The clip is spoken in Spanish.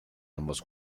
ambos